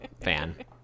fan